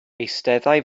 eisteddai